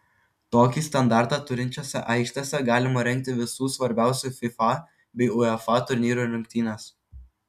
tokį standartą turinčiose aikštėse galima rengti visų svarbiausių fifa bei uefa turnyrų rungtynes